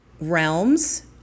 realms